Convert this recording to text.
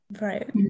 Right